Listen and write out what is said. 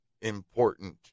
important